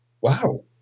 Wow